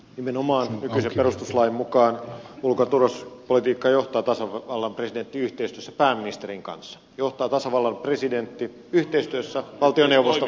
nimenomaan nykyisen perustuslain mukaan ulkotulos politiikka johtaa taas on lopetettu ulko ja turvallisuuspolitiikkaa johtaa tasavallan presidentti yhteistyössä valtioneuvoston kanssa